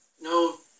No